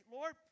Lord